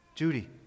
Judy